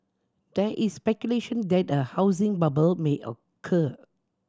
there is speculation that a housing bubble may occur